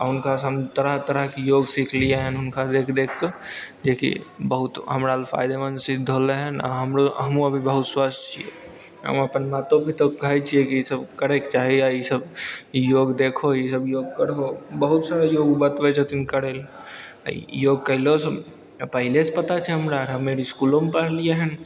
आओर हुनकासे हम तरह तरहके योग सिखलिए हँ हुनका देखि देखिके जेकि बहुत हमराले फायदेमन्द सिद्ध होले हँ हम हमहूँ अभी बहुत स्वस्थ छिए हम अपन मातो पितोके कहै छिए कि ईसब करैके चाही आओर ईसब योग देखहो ईसब योग करहो बहुत सारा योग बतबै छथिन करैले आओर ई योग कएलासे पहिलेसे पता छै हमरा आर हमे आर इसकुलोमे पढ़लिए हँ